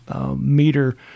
meter